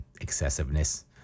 excessiveness